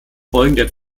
folgenden